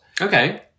Okay